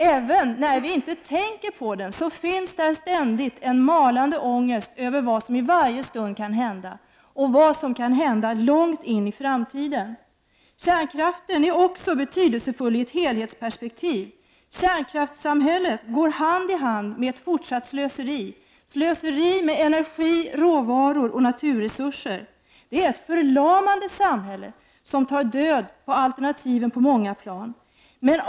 Även när vi inte tänker på den, finns det en ständigt malande ångest över vad som i varje stund kan hända och vad som kan hända långt in i framtiden. Kärnkraften är också betydelsefull i ett helhetsperspektiv. Kärnkraftssamhället går hand i hand med ett fortsatt slöseri med energi, råvaror och naturresurser. Det är ett förlamande samhälle som tar död på alternativen på många plan.